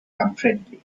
unfriendly